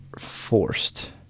forced